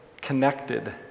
connected